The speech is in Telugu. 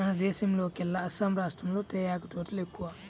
మన దేశంలోకెల్లా అస్సాం రాష్టంలో తేయాకు తోటలు ఎక్కువ